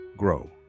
grow